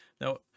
Now